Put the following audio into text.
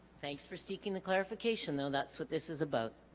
thanks for seeking the clarification though that's what this is about